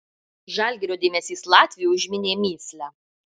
žalgirio dėmesys latviui užminė mįslę